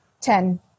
Ten